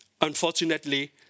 Unfortunately